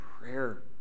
prayer